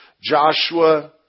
Joshua